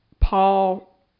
Paul